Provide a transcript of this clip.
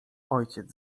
ojciec